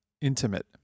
Intimate